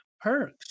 perks